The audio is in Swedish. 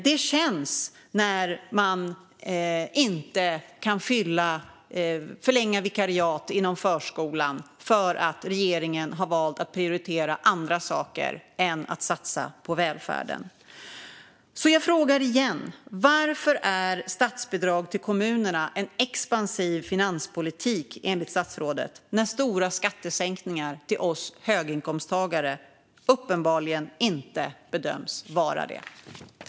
Det blir kännbart när vikariat inom förskolan inte kan förlängas därför att regeringen har valt att prioritera andra saker än att satsa på välfärden. Jag frågar igen: Varför är statsbidrag till kommunerna en expansiv finanspolitik enligt statsrådet när stora skattesänkningar till oss höginkomsttagare uppenbarligen inte bedöms vara det?